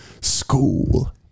School